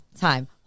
time